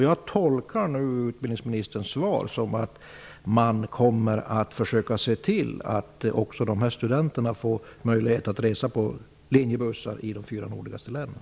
Jag tolkar nu utbildningsministerns svar så att man kommer att försöka se till att även dessa studenter får möjlighet att resa på linjebussar i de fyra nordligaste länen.